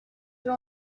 doit